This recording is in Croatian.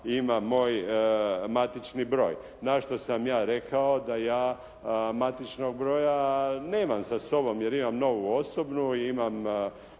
ima moj matični broj. Na što sam ja rekao da ja matičnog broja nemam sa sobom jer imam novu osobnu, imam